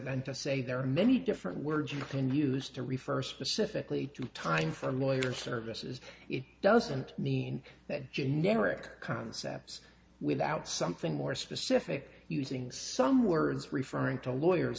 than to say there are many different words you can use to refer specifically to time from lawyer services it doesn't mean that generic concepts without something more specific using some words referring to lawyers